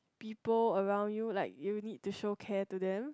people around you like you need to show care to them